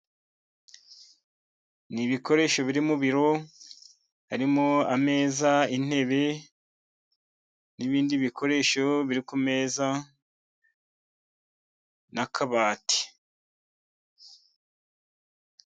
Ni ibikoresho biri mu biro, harimo ameza, intebe n'ibindi bikoresho biri ku meza n'akabati.